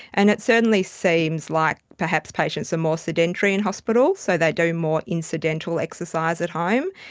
and it certainly seems like perhaps patients are more sedentary in hospitals, so they do more incidental exercise at home.